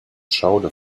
schauder